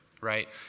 right